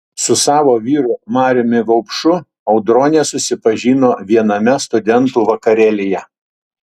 su savo vyru mariumi vaupšu audronė susipažino viename studentų vakarėlyje